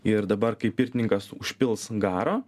ir dabar kai pirtininkas užpils garo